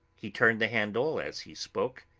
he turned the handle as he spoke,